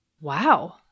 Wow